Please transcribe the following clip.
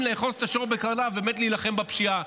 לאחוז את השור בקרניו ובאמת להילחם בפשיעה.